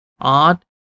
Art